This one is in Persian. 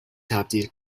تبدیل